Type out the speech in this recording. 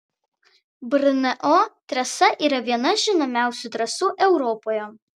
brno trasa yra viena žinomiausių trasų europoje